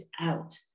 out